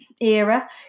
era